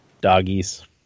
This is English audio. Doggies